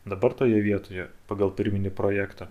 dabar toje vietoje pagal pirminį projektą